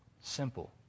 Simple